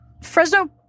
Fresno